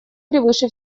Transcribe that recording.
превыше